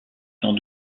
sans